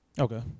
Okay